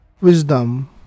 Wisdom